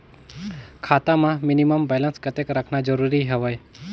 खाता मां minimum balance कतेक रखना जरूरी हवय?